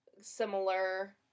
similar